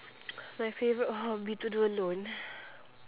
my favorite hobby to do alone